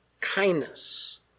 kindness